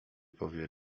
powie